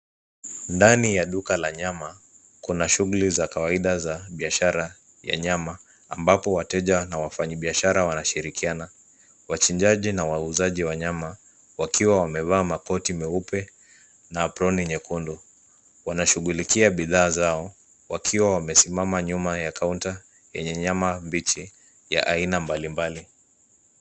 Ndani ya duka ya nyama, kuna shughuli za kawaida za biashara ya nyama ambapo wateja na wafanyibiashara wanashirikiana. Wachinjaji na wauzaji wa nyama wakiwa wamevaa makoti meupe na aproni nyekundu. Wanashughulikia bidhaa zao wakiwa wamesimama nyuma ya kaunta yenye nyama mbichi ya aina mbalimbali.